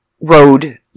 Road